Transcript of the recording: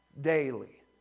daily